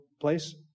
place